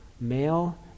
Male